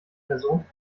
person